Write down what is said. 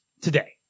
Today